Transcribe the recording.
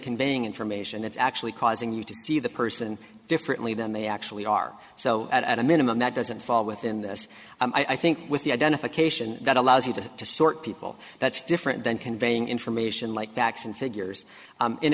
conveying information it's actually causing you to see the person differently than they actually are so at a minimum that doesn't fall within this i think with the identification that allows you to to sort people that's different than conveying information like facts and figures